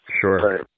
Sure